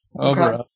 over